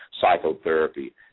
psychotherapy